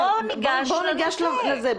בואו ניגש לנושא.